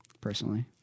Personally